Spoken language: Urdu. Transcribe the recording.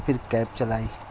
پھر کیب چلائی